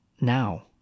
now